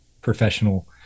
professional